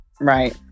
right